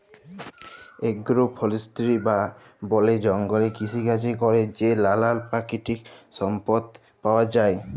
agro forestry বা বলে জঙ্গলে কৃষিকাজে ক্যরে যে লালাল পাকিতিক সম্পদ পাউয়া যায়